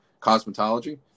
cosmetology